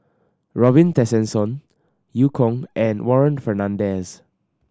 Robin Tessensohn Eu Kong and Warren Fernandez